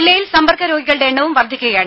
ജില്ലയിൽ സമ്പർക്ക രോഗികളുടെ എണ്ണവും വർധിക്കുകയാണ്